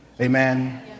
Amen